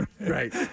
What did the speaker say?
right